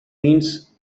means